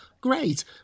great